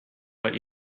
but